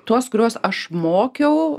tuos kuriuos aš mokiau